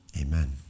amen